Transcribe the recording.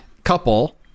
couple